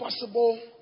possible